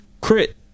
Crit